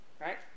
right